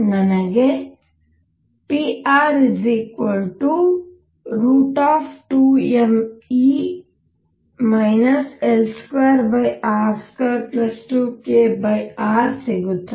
ನನಗೆ pr√2mE L2r22kr ಸಿಗುತ್ತದೆ